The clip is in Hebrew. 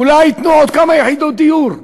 אולי ייתנו עוד כמה יחידות דיור,